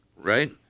Right